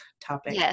topic